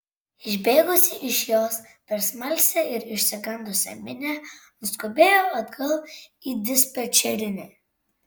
išbėgusi iš jos per smalsią ir išsigandusią minią nuskubėjo atgal į dispečerinę